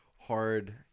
hard